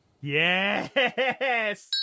Yes